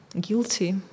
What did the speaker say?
guilty